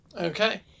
Okay